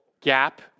gap